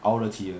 熬得起的